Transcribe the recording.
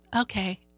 okay